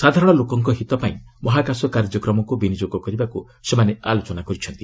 ସାଧାରଣ ଲୋକଙ୍କର ହିତ ପାଇଁ ମହାକାଶ କାର୍ଯ୍ୟକ୍ରମକୁ ବିନିଯୋଗ କରିବାକୁ ସେମାନେ ଆଲୋଚନା କରିଛନ୍ତି